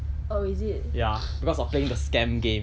oh is it